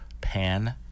Pan